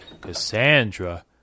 Cassandra